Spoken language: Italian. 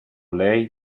lei